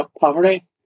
poverty